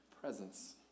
presence